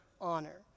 honor